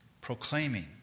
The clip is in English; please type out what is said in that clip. proclaiming